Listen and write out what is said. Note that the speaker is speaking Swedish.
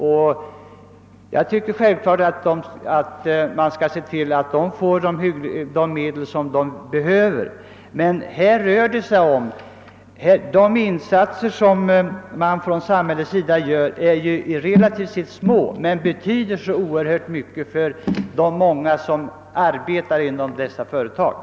Självfallet bör man se till att även de statliga företagen erhåller de medel de behöver, men i fråga om företagareföreningarna rör det sig om relativt små insatser från samhällets sida som dock betyder oerhört mycket för de många som arbetar inom företagen.